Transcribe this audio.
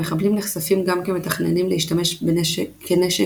המחבלים נחשפים גם כמתכננים להשתמש כנשק